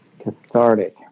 cathartic